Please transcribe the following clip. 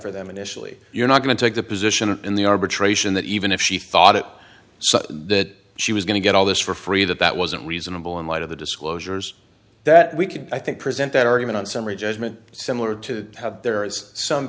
for them initially you're not going to take the position in the arbitration that even if she fought it so that she was going to get all this for free that that wasn't reasonable in light of the disclosures that we could i think present that argument on summary judgment similar to how there is some